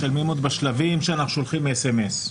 משלמים עוד בשלבים שאנחנו שולחים אס אם אס.